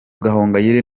gahongayire